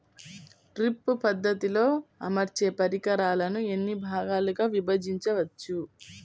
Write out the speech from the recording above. Drip పద్ధతిలో అమర్చే పరికరాలను ఎన్ని భాగాలుగా విభజించవచ్చు?